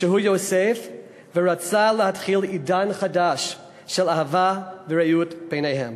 שהוא יוסף ורצה להתחיל עידן חדש של אהבה ורעות ביניהם.